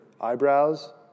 eyebrows